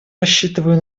рассчитываю